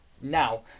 now